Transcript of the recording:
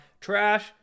trash